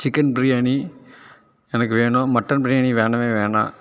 chicken biryani எனக்கு வேணும் mutton biryani வேணவே வேணாம்